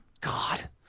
God